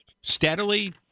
steadily